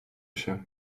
się